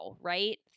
right